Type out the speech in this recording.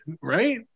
right